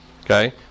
Okay